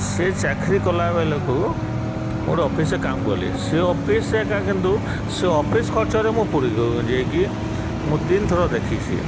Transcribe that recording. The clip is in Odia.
ସେ ଚାକିରୀ କଲାବେଳକୁ ମୁଁ ଗୋଟେ ଅଫିସରେ କାମ କଲି ସେ ଅଫିସରେ ଏକା କିନ୍ତୁ ସେ ଅଫିସ ଖର୍ଚ୍ଚରେ ମୁଁ ପୁରୀ ଯାଇକି ମୁଁ ତିନିଥର ଦେଖିଛି